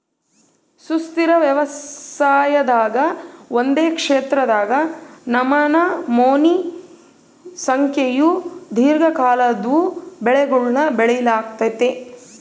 ಸುಸ್ಥಿರ ವ್ಯವಸಾಯದಾಗ ಒಂದೇ ಕ್ಷೇತ್ರದಾಗ ನಮನಮೋನಿ ಸಂಖ್ಯೇವು ದೀರ್ಘಕಾಲದ್ವು ಬೆಳೆಗುಳ್ನ ಬೆಳಿಲಾಗ್ತತೆ